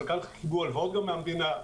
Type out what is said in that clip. חלקן גם קיבלו הלוואות מהמדינה,